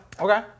Okay